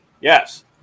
yes